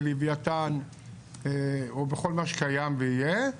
בלווייתן או בכל מה שקיים ויהיה,